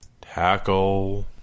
Tackle